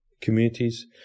Communities